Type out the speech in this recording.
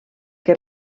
que